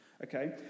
Okay